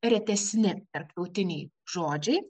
retesni tarptautiniai žodžiai